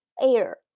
air